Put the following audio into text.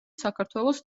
საქართველოს